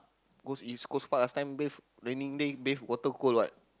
goes East-Coast-Park last time bathe raining day bathe water cold what